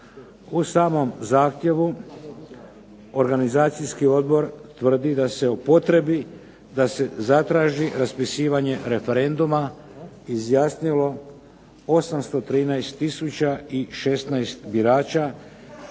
U samom zahtjevu Organizacijski odbor tvrdi da se o potrebi da se zatraži raspisivanje referenduma izjasnilo 813 tisuća i 16 birača